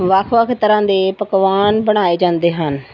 ਵੱਖ ਵੱਖ ਤਰਾਂ ਦੇ ਪਕਵਾਨ ਬਣਾਏ ਜਾਂਦੇ ਹਨ